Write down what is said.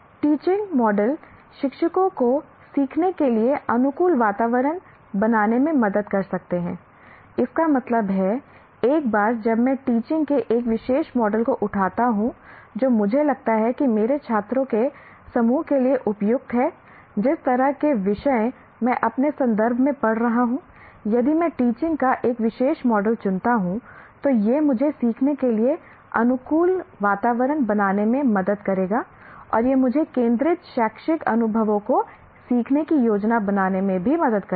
teaching model शिक्षकों को सीखने के लिए अनुकूल वातावरण बनाने में मदद कर सकते हैं इसका मतलब है एक बार जब मैं टीचिंग के एक विशेष मॉडल को उठाता हूं जो मुझे लगता है कि मेरे छात्रों के समूह के लिए उपयुक्त है जिस तरह के विषय मैं अपने संदर्भ में पढ़ा रहा हूं यदि मैं टीचिंग का एक विशेष मॉडल चुनता हूं तो यह मुझे सीखने के लिए अनुकूल वातावरण बनाने में मदद करेगा और यह मुझे केंद्रित शैक्षिक अनुभवों को सीखने की योजना बनाने में भी मदद करेगा